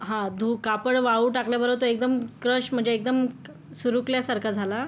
हां धू कापड वाळू टाकल्याबरोबर तो एकदम क्रश म्हणजे एकदम सुरूकल्यासारखा झाला